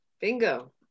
Bingo